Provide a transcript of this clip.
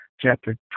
chapter